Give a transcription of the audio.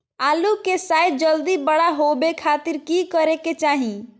आलू के साइज जल्दी बड़ा होबे खातिर की करे के चाही?